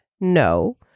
no